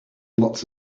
lots